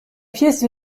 pièce